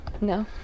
No